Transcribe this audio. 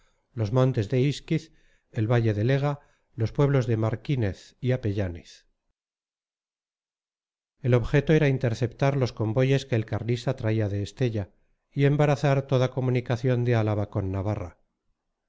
los montes de isquiz el valle del ega los pueblos de marquínez y apellániz el objeto era interceptar los convoyes que el carlista traía de estella y embarazar toda comunicación de álava con navarra